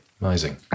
Amazing